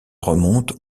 remontent